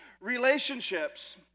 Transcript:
relationships